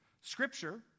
Scripture